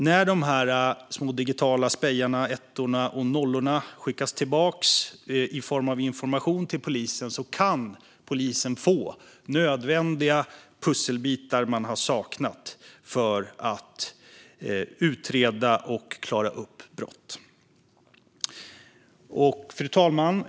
När de små digitala spejarna, ettorna och nollorna, skickas tillbaka i form av information till polisen kan polisen få nödvändiga pusselbitar som man har saknat för att utreda och klara upp brott. Fru talman!